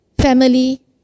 family